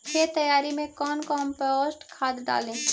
खेत तैयारी मे कौन कम्पोस्ट खाद डाली?